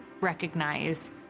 recognize